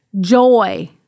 joy